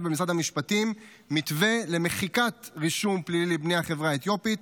במשרד המשפטים מתווה למחיקת רישום פלילי לבני החברה האתיופית,